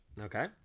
Okay